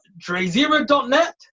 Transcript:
DreZero.net